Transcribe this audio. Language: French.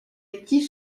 active